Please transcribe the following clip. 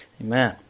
Amen